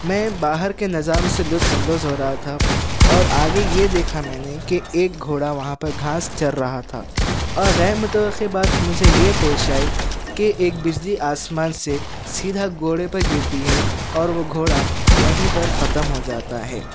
میں باہر کے نظاروں سے لطف اندوز ہو رہا تھا اور آگے یہ دیکھا میں نے کہ ایک گھوڑا وہاں پر گھاس چر رہا تھا اور غیر متوقع بات مجھے یہ پیش آئی کہ ایک بجلی آسمان سے سیدھا گھوڑے پر گرتی ہے اور وہ گھوڑا وہیں پر ختم ہو جاتا ہے